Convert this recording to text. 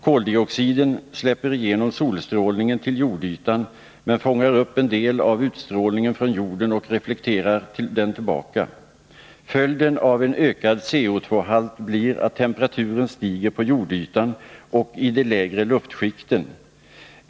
Koldioxiden släpper igenom solstrålningen till jordytan men fångar upp en del av utstrålningen från jorden och reflekterar den tillbaka. Följden av en ökad CO,-halt blir att temperaturen stiger på jordytan och i de lägre luftskikten.